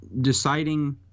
deciding